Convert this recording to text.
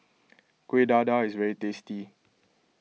Kueh Dadar is very tasty